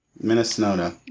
Minnesota